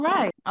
Right